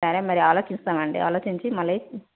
సరే మరి ఆలోచిస్తాం అండి ఆలోచించి మళ్ళీ